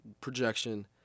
projection